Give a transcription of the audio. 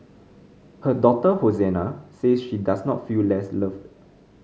her daughter Hosanna says she does not feel less loved